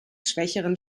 schwächeren